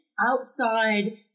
outside